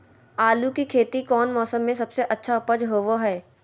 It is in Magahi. आलू की खेती कौन मौसम में सबसे अच्छा उपज होबो हय?